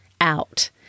out